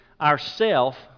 ourself